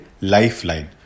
Lifeline